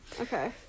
okay